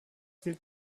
gilt